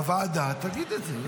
בוועדה תגיד את זה.